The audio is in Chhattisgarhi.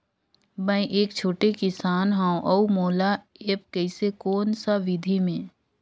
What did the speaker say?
मै एक छोटे किसान हव अउ मोला एप्प कइसे कोन सा विधी मे?